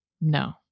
No